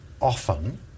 often